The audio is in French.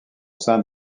sein